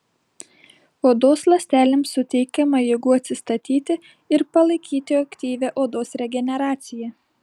odos ląstelėms suteikiama jėgų atsistatyti ir palaikyti aktyvią odos regeneraciją